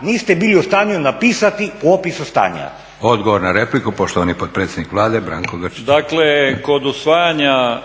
niste bili u stanju napisati u opisu stanja. **Leko, Josip (SDP)** Odgovor na repliku, poštovani potpredsjednik Vlade Branko Grčić. **Grčić, Branko (SDP)** Dakle kod usvajanja